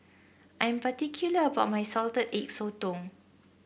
I am particular about my Salted Egg Sotong